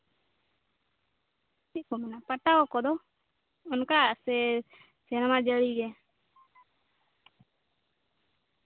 ᱪᱮᱫ ᱠᱚ ᱢᱮᱱᱟ ᱯᱟᱴᱟᱣᱟᱠᱚ ᱫᱚ ᱚᱱᱠᱟ ᱥᱮ ᱥᱮᱨᱢᱟ ᱡᱟᱹᱲᱤ ᱜᱮ